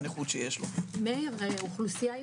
סעיף 1 מגדיר מה הוא ההסכם העיקרי.